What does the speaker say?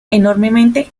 enormemente